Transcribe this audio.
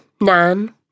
nan